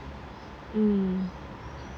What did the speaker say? mm